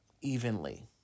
evenly